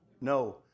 No